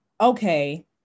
okay